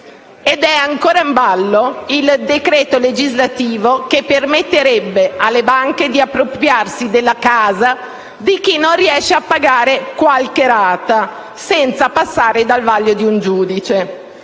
Ed è ancora in ballo il decreto legislativo che permetterebbe alle banche di appropriarsi della casa di chi non riesce a pagare qualche rata, senza passare dal vaglio di un giudice.